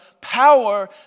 power